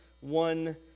one